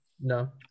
no